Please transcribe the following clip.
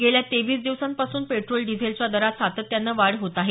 गेल्या तेवीस दिवसांपासून पेट्रोल डिझेलच्या दरात सातत्याने वाढ होत आहे